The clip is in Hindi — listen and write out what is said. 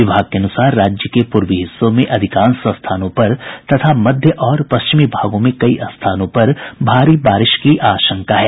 विभाग के अनुसार राज्य के पूर्वी हिस्सों में अधिकांश स्थानों पर तथा मध्य और पश्चिमी भागों में कई स्थानों पर भारी बारिश की आशंका है